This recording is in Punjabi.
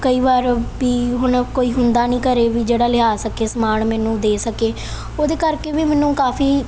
ਕਈ ਵਾਰ ਵੀ ਹੁਣ ਕੋਈ ਹੁੰਦਾ ਨਹੀਂ ਘਰੇ ਵੀ ਜਿਹੜਾ ਲਿਆ ਸਕੇ ਸਮਾਨ ਮੈਨੂੰ ਦੇ ਸਕੇ ਉਹਦੇ ਕਰਕੇ ਵੀ ਮੈਨੂੰ ਕਾਫੀ